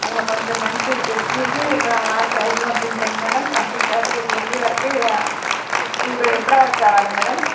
అందులో కొంచెం మంచిగా డ్రెస్ చూసి సైజు పంపించండి మేడం పంపించాక ఎల్లుండి వరకు టుడే ఎప్పటి వరకు కావాలి మేడం